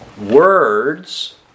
words